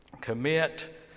commit